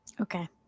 Okay